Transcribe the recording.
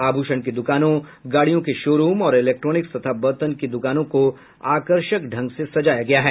आभूषण की दुकानों गाड़ियों के शोरूम और इलेक्ट्रोनिक्स तथा बर्तन की दुकानों को आकर्षक ढंग से सजाया गया है